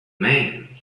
man